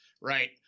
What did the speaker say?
right